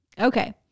Okay